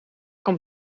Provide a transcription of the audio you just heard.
kan